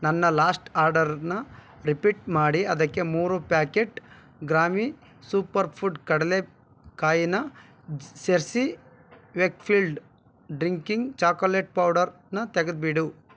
ನನ್ನ ಲಾಸ್ಟ್ ಆರ್ಡರನ್ನ ರಿಪೀಟ್ ಮಾಡಿ ಅದಕ್ಕೆ ಮೂರು ಪ್ಯಾಕೆಟ್ ಗ್ರಾಮೀ ಸೂಪರ್ಫುಡ್ ಕಡಲೇಕಾಯನ್ನ ಸೇರಿಸಿ ವೇಕ್ಫೀಲ್ಡ್ ಡ್ರಿಂಕಿಂಗ್ ಚಾಕೊಲೇಟ್ ಪೌಡರನ್ನ ತೆಗೆದುಬಿಡು